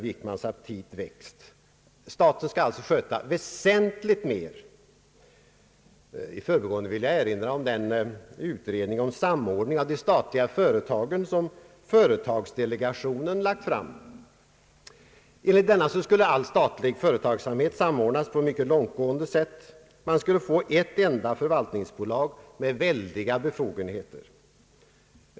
Staten skall ändå enligt statsrådet Wickman sköta väsentligt mer. I förbigående vill jag nämna den utredning om samordning av de statliga företagen som företagsdelegationen lagt fram. Enligt den skulle all statliga företagsamhet samordnas på ett mycket långtgående sätt. Man skulle få ett enda förvaltningsbolag med enorma befogenheter.